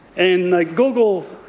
and the google